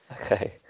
Okay